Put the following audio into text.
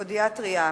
פודיאטריה,